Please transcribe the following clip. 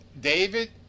David